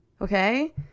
Okay